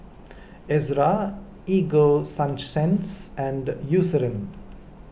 Ezerra Ego Sunsense and Eucerin